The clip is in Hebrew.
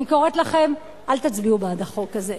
אני קוראת לכם, אל תצביעו בעד החוק הזה.